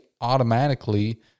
automatically